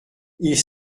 ils